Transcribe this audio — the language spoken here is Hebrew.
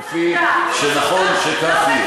כפי שנכון שכך יהיה.